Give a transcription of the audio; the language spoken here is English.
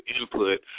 input